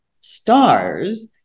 stars